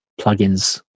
plugins